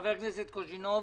חבר הכנסת קוז'ינוב.